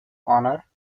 honor